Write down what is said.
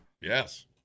Yes